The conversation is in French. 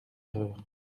erreur